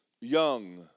young